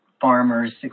farmers